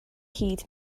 hyd